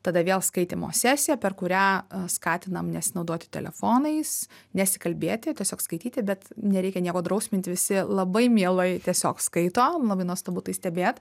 tada vėl skaitymo sesija per kurią skatinam nesinaudoti telefonais nesikalbėti tiesiog skaityti bet nereikia nieko drausminti visi labai mielai tiesiog skaito labai nuostabu tai stebėt